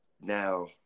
Now